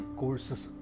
courses